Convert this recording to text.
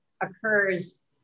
occurs